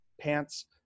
pants